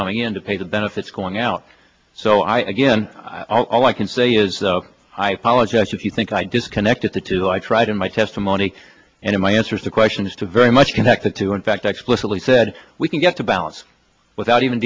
coming in to pay the benefits going out so i again i'll i can say is though i apologize if you think i disconnected the two i tried in my testimony and in my answers to questions to very much connected to in fact explicitly said we can get to balance without even